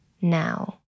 now